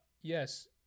yes